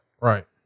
right